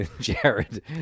Jared